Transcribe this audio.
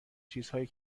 چیزهایی